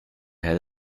had